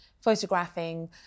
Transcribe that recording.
photographing